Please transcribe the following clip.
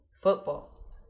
football